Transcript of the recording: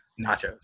nachos